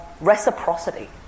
reciprocity